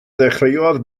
ddechreuodd